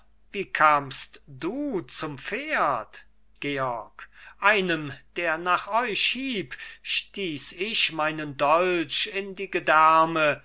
wie kamst du zum pferd georg einem der nach euch hieb stieß ich meinen dolch in die